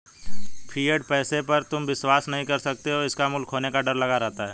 fiat पैसे पर तुम विश्वास नहीं कर सकते इसका मूल्य खोने का डर लगा रहता है